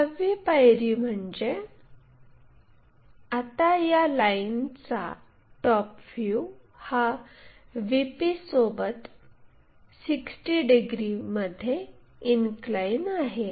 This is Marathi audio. सहावी पायरी म्हणजे आता या लाईनचा टॉप व्ह्यू हा VPसोबत 60 डिग्रीमध्ये इनक्लाइन आहे